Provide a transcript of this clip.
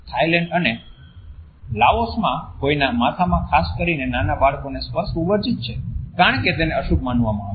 Thailand અને Laos માં કોઈના માથામાં ખાસ કરીને નાના બાળકોને સ્પર્શવું વર્જિત છે કારણ કે તેને અશુભ માનવામાં આવે છે